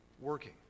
working